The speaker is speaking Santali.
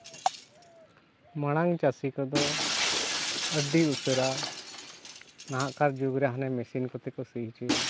ᱢᱟᱲᱟᱝ ᱪᱟᱹᱥᱤ ᱠᱚᱫᱚ ᱟᱹᱰᱤ ᱩᱥᱟᱹᱨᱟ ᱱᱟᱦᱟᱜᱠᱟᱨ ᱡᱩᱜᱽ ᱨᱮ ᱦᱟᱱᱮ ᱢᱮᱥᱤᱱ ᱠᱚᱛᱮ ᱠᱚ ᱥᱤ ᱦᱚᱪᱚᱭᱟ